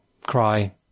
cry